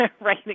Right